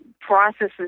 processes